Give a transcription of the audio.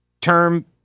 term